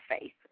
faith